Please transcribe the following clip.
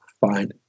fine